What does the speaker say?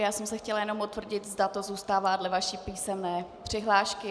Já jsem si chtěla jen potvrdit, zda to zůstává dle vaší písemné přihlášky.